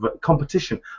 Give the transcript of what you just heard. competition